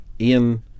Ian